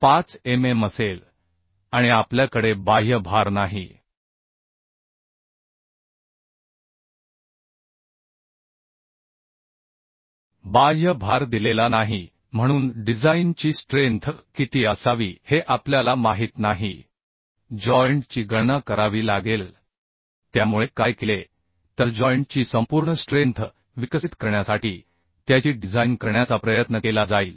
5 mm असेल आणि आपल्याकडे बाह्य भार नाही बाह्य भार दिलेला नाही म्हणून डिझाइन ची स्ट्रेंथ किती असावी हे आपल्याला माहित नाही जॉइंट ची गणना करावी लागेल त्यामुळे काय केले तरजॉइंट ची संपूर्ण स्ट्रेंथ विकसित करण्यासाठी त्याची डिझाइन करण्याचा प्रयत्न केला जाईल